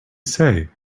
say